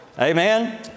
Amen